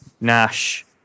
Nash